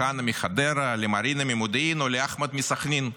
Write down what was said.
לחנה מחדרה, למרינה ממודיעין או לאחמד מסח'נין?